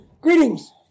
Greetings